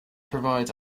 provides